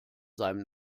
seinem